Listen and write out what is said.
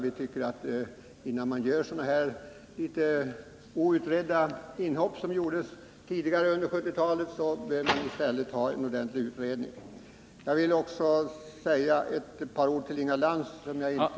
Vi tycker att innan man gör sådana inhopp som man gjorde tidigare under 1970-talet bör frågan utredas ordentligt. Jag vill också säga ett par ord till Inga Lantz.